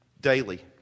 Daily